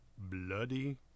bloody